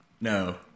No